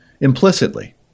implicitly